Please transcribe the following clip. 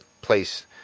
place